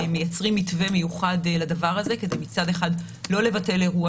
מייצרים מתווה מיוחד לדבר הזה כדי מצד אחד לא לבטל אירוע